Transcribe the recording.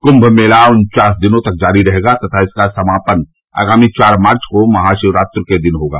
कुंभ मेला उन्चास दिनों तक जारी रहेगा तथा इसका समापन आगामी चार मार्च को महाशिवरात्रि के दिन होगा